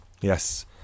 yes